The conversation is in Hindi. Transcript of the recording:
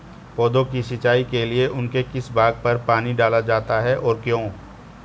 पौधों की सिंचाई के लिए उनके किस भाग पर पानी डाला जाता है और क्यों?